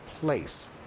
place